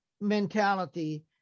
mentality